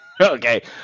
Okay